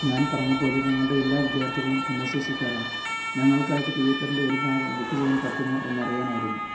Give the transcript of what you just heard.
ഞാൻ പറഞ്ഞത് പോലെ ഞങ്ങളുടെ എല്ലാ വിദ്യാർത്ഥികളും ഭിന്നശേഷിക്കാരാണ് ഞങ്ങൾക്കായിട്ട് തിയേറ്ററിൻ്റെ ഒരു ഭാഗം ബുക്ക് ചെയ്യാൻ പറ്റുമോ എന്നറിയാനായിരുന്നു